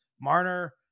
Marner